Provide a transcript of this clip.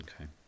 Okay